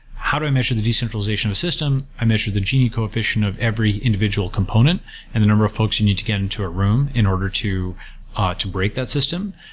how do i measure the the centralization of a system? i measure the gini coefficient of every individual component and the number of folks you need to get into a room in order to ah to break that system.